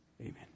Amen